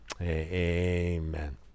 Amen